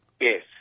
Yes